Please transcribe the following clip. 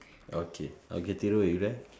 okay okay Thiru is there